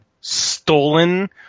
stolen